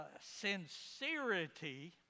Sincerity